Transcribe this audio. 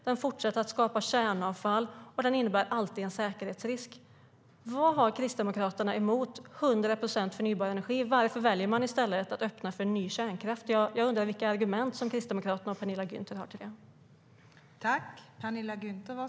Den fortsätter att skapa kärnavfall, och den innebär alltid en säkerhetsrisk. Vad har Kristdemokraterna emot 100 procent förnybar energi? Varför väljer man i stället att öppna för ny kärnkraft? Jag undrar vilka argument som Kristdemokraterna och Penilla Gunther har för det.